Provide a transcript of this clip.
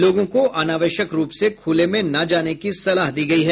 लोगों को अनावश्यक रूप से खुले में न जाने की सलाह दी गयी है